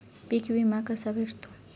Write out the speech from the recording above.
पीक विमा कसा भेटतो?